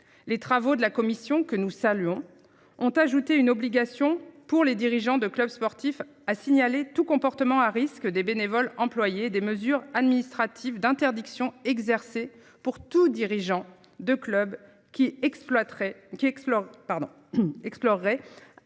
les travaux de la commission que nous saluons ont ajouté une obligation pour les dirigeants de clubs sportifs, à signaler tout comportement à risque des bénévoles employer des mesures administratives d'interdiction exercer pour tout dirigeant de club qui exploiterait